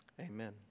amen